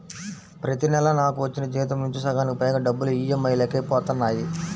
ప్రతి నెలా నాకు వచ్చిన జీతం నుంచి సగానికి పైగా డబ్బులు ఈఎంఐలకే పోతన్నాయి